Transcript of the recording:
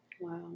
Wow